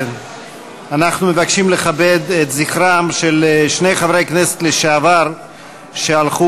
אנחנו מבקשים לכבד כעת את זכרם של שני חברי הכנסת לשעבר שהלכו,